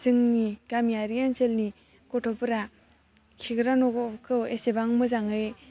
जोंनि गामियारि ओनसोलनि गथ'फोरा खिग्रा न'खौ इसेबां मोजाङै